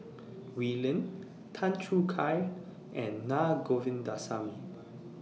Wee Lin Tan Choo Kai and Naa Govindasamy